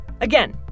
Again